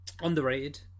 underrated